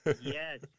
yes